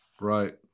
Right